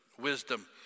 Wisdom